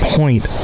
point